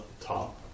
top